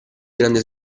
grande